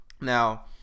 Now